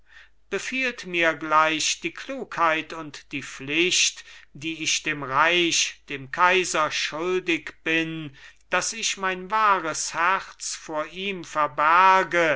befiehlt mir gleich die klugheit und die pflicht die ich dem reich dem kaiser schuldig bin daß ich mein wahres herz vor ihm verberge